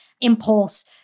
impulse